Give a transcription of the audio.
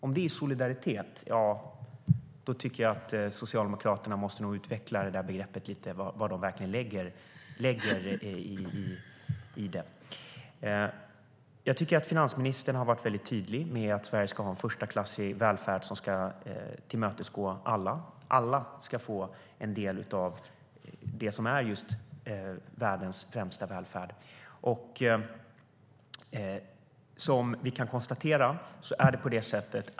Om det är solidaritet måste nog Socialdemokraterna utveckla lite mer vad de lägger i det begreppet. Finansministern har varit tydlig med att Sverige ska ha en förstklassig välfärd som ska tillmötesgå alla. Alla ska få en del av världens främsta välfärd.